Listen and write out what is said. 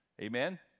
Amen